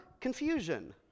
confusion